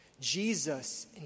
Jesus